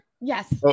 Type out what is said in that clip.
Yes